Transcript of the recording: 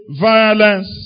violence